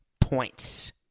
points